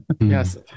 Yes